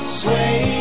sway